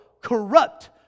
corrupt